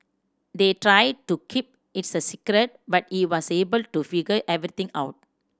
they tried to keep a secret but he was able to figure everything out